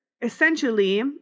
essentially